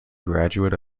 graduate